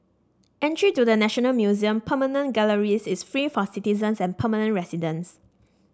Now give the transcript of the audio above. entry to the National Museum permanent galleries is free for citizens and permanent residents